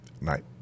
night